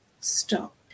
stop